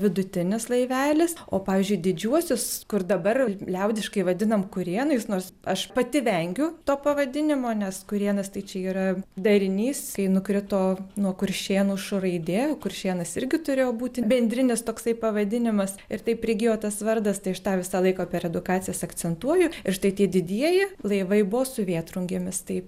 vidutinis laivelis o pavyzdžiui didžiuosius kur dabar liaudiškai vadinam kurėnais nors aš pati vengiu to pavadinimo nes kurėnas tai čia yra darinys kai nukrito nuo kuršėnų š raidė kuršėnas irgi turėjo būti bendrinis toksai pavadinimas ir taip prigijo tas vardas tai aš tą visą laiką per edukacijas akcentuoju ir štai tie didieji laivai buvo su vėtrungėmis tai